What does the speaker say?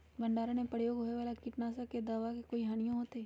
भंडारण में प्रयोग होए वाला किट नाशक दवा से कोई हानियों होतै?